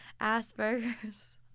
asperger's